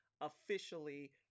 officially